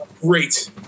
Great